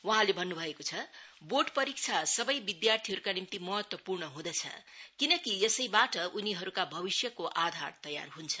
वहाँले भन्न् भएको छ बोर्ड परीक्षा सबै विद्यार्थीहरूका निम्ति महत्वपूर्ण हुँदछ किनकि यसैबाट उनीहरूका भविष्यको आधार त्यार हुन्छ